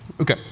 Okay